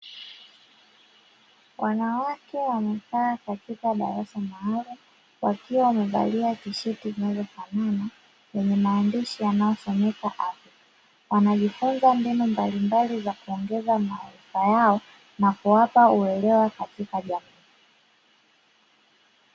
Wanawake wamekaa katika darasa maalumu wakiwa wamevalia tisheti zinazofanana yenye maandishi yanayosomeka "afya" wanajifunza mbinu mbalimbali za kuongeza maarifa yao na kuwapa uelewa katika jamii.